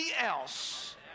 else